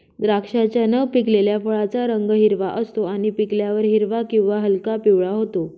द्राक्षाच्या न पिकलेल्या फळाचा रंग हिरवा असतो आणि पिकल्यावर हिरवा किंवा हलका पिवळा होतो